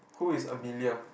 who is Amelia